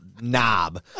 knob